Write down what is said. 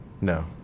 No